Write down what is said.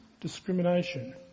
discrimination